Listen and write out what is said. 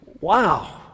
Wow